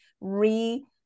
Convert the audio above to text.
re